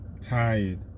Tired